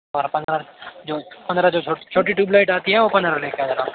पंद्रह जो पंद्रह जो छोटी छोटी ट्यूबलाइट आती है वो पन्द्रह लेके आ जाना